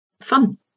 fun